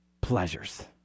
pleasures